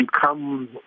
become